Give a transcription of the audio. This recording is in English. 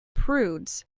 prudes